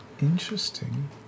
Interesting